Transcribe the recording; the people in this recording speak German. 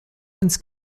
ins